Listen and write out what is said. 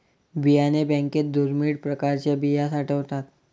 बियाणे बँकेत दुर्मिळ प्रकारच्या बिया साठवतात